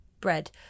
bread